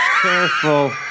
Careful